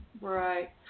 Right